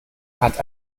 hat